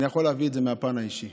אני יכול להביא את זה מהפן האישי.